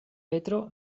petro